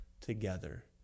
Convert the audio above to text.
together